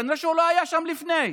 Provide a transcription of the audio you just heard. כנראה שהוא לא היה שם לפני זה.